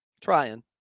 Trying